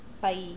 Bye